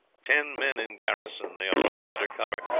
ten men in garrison. they are all under cover.